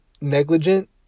negligent